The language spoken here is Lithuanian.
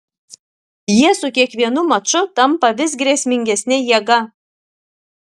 jie su kiekvienu maču tampa vis grėsmingesne jėga